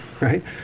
right